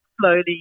slowly